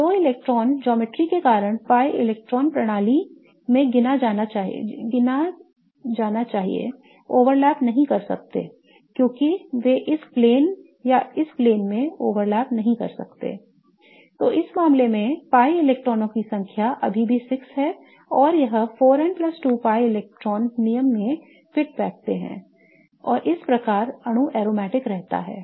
ये दो इलेक्ट्रॉन ज्यामिति के कारण pi इलेक्ट्रॉन प्रणाली में गिना जाना के लिए ओवरलैप नहीं कर सकते हैं क्योंकि वे इस प्लेन या इस प्लेन में ओवरलैप नहीं कर सकते हैं I तो इस मामले में pi इलेक्ट्रॉन की संख्या अभी भी 6 है और यह 4n 2 pi इलेक्ट्रॉन नियम में फिट बैठता है और इस प्रकार अणु aromatic रहता है